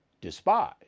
despise